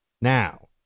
now